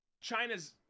China's